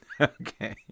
Okay